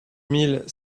mille